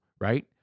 right